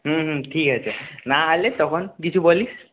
হুম হুম ঠিক আছে না এলে তখন কিছু বলিস